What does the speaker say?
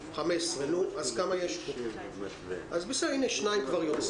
מה התנאים לקיום